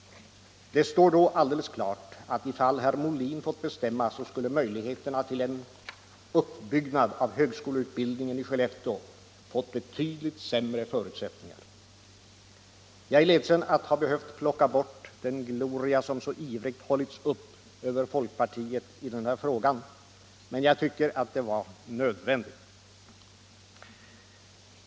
Det står då alldeles klart att ifall herr Molin fått bestämma, så skulle möjligheterna till en uppbyggnad av högskoleutbildning i Skellefteå fått betydligt sämre förutsättningar. Jag är ledsen att ha behövt plocka bort den gloria som så ivrigt hållits upp över folkpartiet i den här frågan, men jag tycker att det var nödvändigt.